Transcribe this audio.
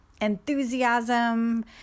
enthusiasm